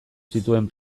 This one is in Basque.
zituen